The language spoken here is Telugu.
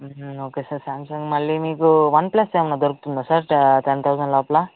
ఓకే సార్ సాంసంగ్ మళ్ళీ మీకు వన్ ప్లస్ ఏమన్నా దొరుకుతుందా సార్ టెన్ థౌజండ్ లోపల